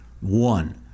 One